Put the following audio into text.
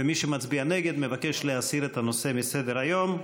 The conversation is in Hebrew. ומי שמצביע נגד, מבקש להסיר את הנושא מסדר-היום.